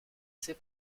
ses